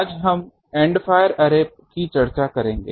आज हम end fire array की चर्चा करेंगे